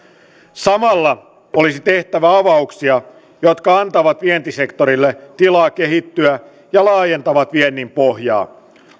samalla olisi tehtävä avauksia jotka antavat vientisektorille tilaa kehittyä ja laajentavat viennin pohjaa